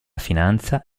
finanza